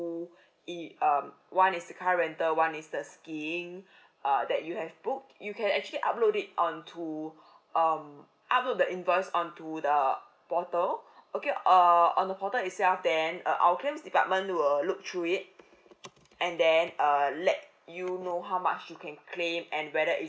uh one is the car rental [one] is the skiing uh that you have booked you can actually upload it on to um upload the invoice on to the err portal okay err on the portal itself then uh our claims department will look through it and then err let you know how much you can claim and whether is it